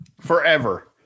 forever